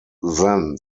then